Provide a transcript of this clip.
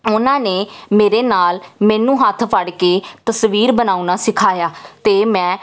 ਉਹਨਾਂ ਨੇ ਮੇਰੇ ਨਾਲ ਮੈਨੂੰ ਹੱਥ ਫੜ ਕੇ ਤਸਵੀਰ ਬਣਾਉਣਾ ਸਿਖਾਇਆ ਅਤੇ ਮੈਂ